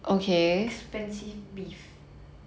expensive beef